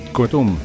Kortom